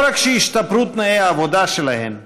לא רק שהשתפרו תנאי העבודה שלהן,